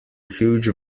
huge